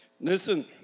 listen